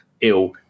ill